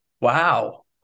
Wow